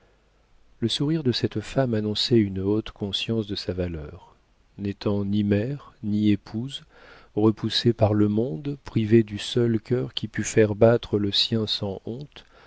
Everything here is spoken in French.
le sourire de cette femme annonçait une haute conscience de sa valeur n'étant ni mère ni épouse repoussée par le monde privée du seul cœur qui pût faire battre le sien sans honte